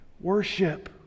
worship